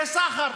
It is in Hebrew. זה סחר,